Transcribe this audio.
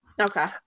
Okay